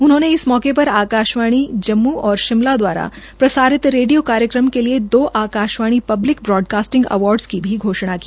उन्होंने इस मौके पर आकाशवाणी जस्मू और शिमला दवारा प्रसारित रेडियो कार्यक्रम के लिए दो आकाशवाणी पब्लिक ब्रोडकास्टिंग अवार्ड की घोषणा भी की